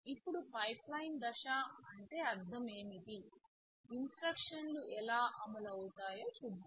ఇప్పుడు పైప్లైన్ దశ అంటే అర్థం ఏమిటి ఇన్స్ట్రక్షన్లు ఎలా అమలు అవుతాయో చూద్దాం